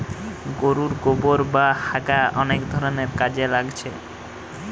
গোরুর গোবোর বা হাগা অনেক ধরণের কাজে লাগছে